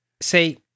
say